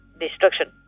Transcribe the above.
destruction